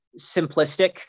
simplistic